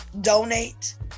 donate